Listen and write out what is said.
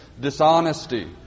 dishonesty